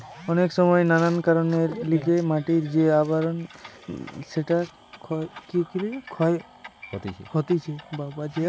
অনেক সময় নানান কারণের লিগে মাটির যে আবরণ সেটা ক্ষয় হতিছে